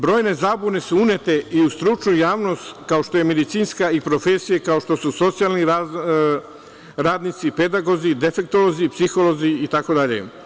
Brojne zabune su unete i u stručnu javnost, kao što je medicinska, i profesije kao što su socijalni radnici, pedagozi, defektolozi, psiholozi itd.